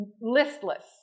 listless